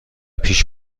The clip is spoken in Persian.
پیش